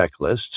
checklists